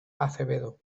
acevedo